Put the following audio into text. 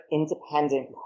independent